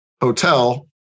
hotel